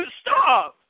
stop